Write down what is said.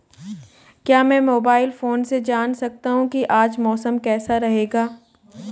क्या मैं mobile phone से जान सकता हूँ कि आज मौसम कैसा रहेगा?